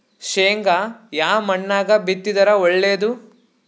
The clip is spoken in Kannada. ಶೇಂಗಾ ಯಾ ಮಣ್ಣಾಗ ಬಿತ್ತಿದರ ಒಳ್ಳೇದು?